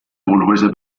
wohnhäuser